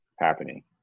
happening